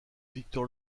victor